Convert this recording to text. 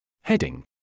Heading